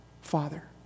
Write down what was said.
Father